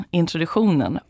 introduktionen